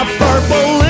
purple